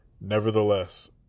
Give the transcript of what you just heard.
Nevertheless